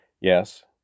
Yes